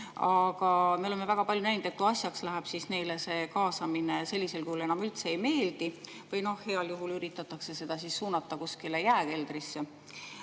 Aga me oleme väga palju näinud, et kui asjaks läheb, siis neile see kaasamine sellisel kujul enam üldse ei meeldi või heal juhul üritatakse seda suunata kuskile jääkeldrisse.